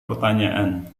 pertanyaan